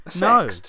No